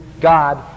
God